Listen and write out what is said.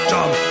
Jump